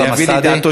יחד עם הפשיעה